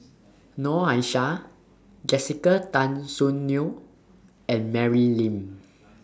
Noor Aishah Jessica Tan Soon Neo and Mary Lim